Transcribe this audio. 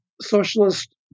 socialist